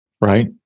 Right